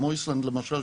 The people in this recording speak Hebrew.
כמו איסלנד למשל,